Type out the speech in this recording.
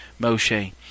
Moshe